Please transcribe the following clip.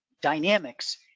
dynamics